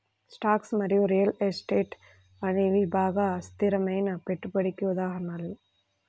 stocks మరియు real estate అనేవి బాగా అస్థిరమైన పెట్టుబడికి ఉదాహరణలు